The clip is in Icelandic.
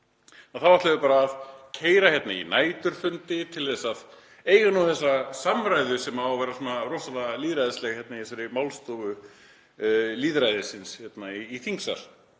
ætlum við bara að keyra í næturfundi til að eiga nú þessa samræðu sem á að vera svo rosalega lýðræðisleg í þessari málstofu lýðræðisins í þingsal.